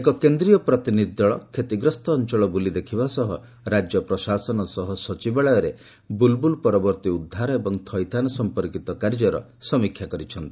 ଏକ କେନ୍ଦ୍ରୀୟ ପ୍ରତିନିଧି ଦଳ କ୍ଷତିଗ୍ରସ୍ତ ଅଞ୍ଚଳ ବୁଲି ଦେଖିବା ସହ ରାଜ୍ୟ ପ୍ରଶାସନ ସହ ସଚିବାଳୟରେ ବୁଲ୍ବୁଲ୍ ପରବର୍ତ୍ତୀ ଉଦ୍ଧାର ଏବଂ ଥଇଥାନ ସଂପର୍କିତ କାର୍ଯ୍ୟର ସମୀକ୍ଷା କରିଛନ୍ତି